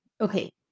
Okay